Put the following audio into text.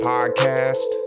Podcast